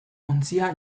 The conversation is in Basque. ontzia